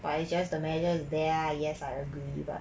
but is just the measure is there lah yes I agree but